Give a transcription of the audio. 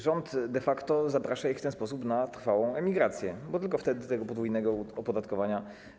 Rząd de facto zaprasza ich w ten sposób na trwałą emigrację, bo tylko wtedy unikną podwójnego opodatkowania.